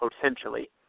potentially